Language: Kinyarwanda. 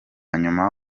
nyuma